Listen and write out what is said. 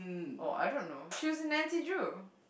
oh I don't know she was in Nancy-Drew